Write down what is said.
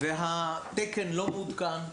והתקן לא מעודכן,